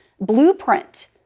blueprint